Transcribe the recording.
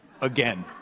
Again